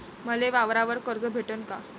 मले वावरावर कर्ज भेटन का?